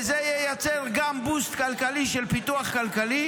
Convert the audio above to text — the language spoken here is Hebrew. וזה ייצר גם בוסט כלכלי של פיתוח כלכלי